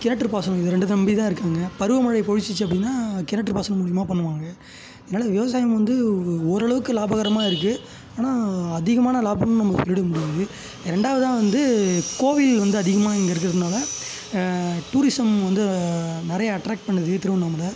கிணற்று பாசனம் இதை ரெண்டை நம்பி தான் இருக்காங்க பருவ மழை பொழிச்சிச்சு அப்படினா கிணற்று பாசனம் மூலயமா பண்ணுவாங்க அதனாலே விவசாயம் வந்து ஓரளவுக்கு லாபகரமாக இருக்குது ஆனால் அதிகமான லாபம்னு நம்ம சொல்லிவிட முடியாது ரெண்டாவதாக வந்து கோவில் வந்து அதிகமாக இங்கே இருக்கிறதுனால டூரிஸம் வந்து நிறையா அட்ராக்ட் பண்ணுது திருவண்ணாமலை